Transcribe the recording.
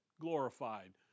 glorified